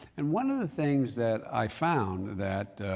and one of the things that i found that,